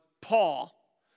Paul